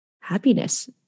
happiness